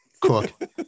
Cook